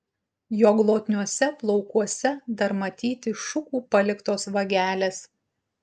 jo glotniuose plaukuose dar matyti šukų paliktos vagelės